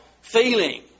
feeling